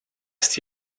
ist